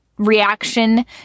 reaction